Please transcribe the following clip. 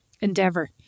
endeavor